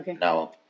Now